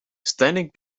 standing